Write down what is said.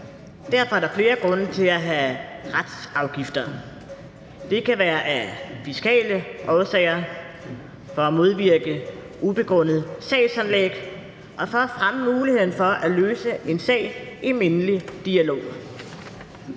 Derfor er der flere grunde til at have retsafgifter. Det kan være af fiskale årsager, for at modvirke ubegrundet sagsanlæg og for at fremme muligheden for at løse en sag i mindelig dialog.